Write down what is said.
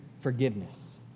forgiveness